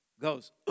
goes